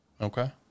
Okay